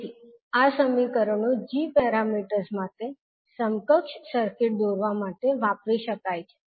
તેથી આ સમીકરણો g પેરામીટર્સ માટે સમકક્ષ સર્કિટ દોરવા માટે વાપરી શકાય છે